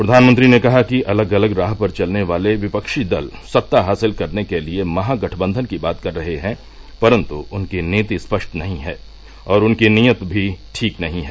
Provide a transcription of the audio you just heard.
प्रधानमंत्री ने कहा कि अलग अलग राह पर चलने वाले विपक्षी दल सत्ता हासिल करने के लिए महा गठबन्धन की बात कर रहे हैं परन्तु उनकी नीति स्पष्ट नहीं है और उनकी नीयत भी ठीक नहीं है